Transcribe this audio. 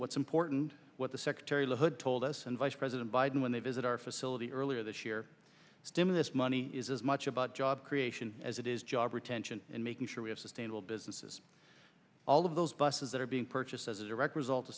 what's important what the secretary la hood told us and vice president biden when they visit our facility earlier this year the stimulus money is as much about job creation as it is job retention and making sure we have sustainable businesses all of those buses that are being purchased as a direct result of